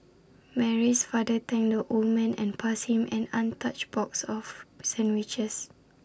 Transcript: Mary's father thanked the old man and passed him an untouched box of sandwiches